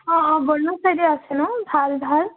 অঁ অঁ বৰ্ণচাইডৰ আছে নহ্ ভাল ভাল